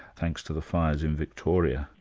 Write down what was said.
thanks to the fires in victoria?